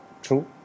True